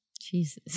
Jesus